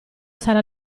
sarà